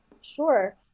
Sure